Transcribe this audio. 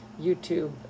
YouTube